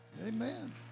amen